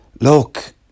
Look